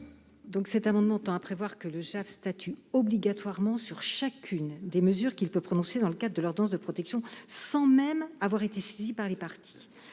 ? Cet amendement tend à prévoir que le JAF statue obligatoirement sur chacune des mesures qu'il peut prononcer dans le cadre de l'ordonnance de protection, sans même avoir été saisi par les parties.